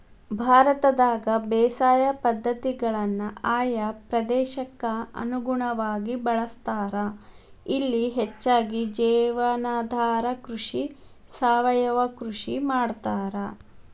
ಭಾರತದಾಗ ಬೇಸಾಯ ಪದ್ಧತಿಗಳನ್ನ ಆಯಾ ಪ್ರದೇಶಕ್ಕ ಅನುಗುಣವಾಗಿ ಬಳಸ್ತಾರ, ಇಲ್ಲಿ ಹೆಚ್ಚಾಗಿ ಜೇವನಾಧಾರ ಕೃಷಿ, ಸಾವಯವ ಕೃಷಿ ಮಾಡ್ತಾರ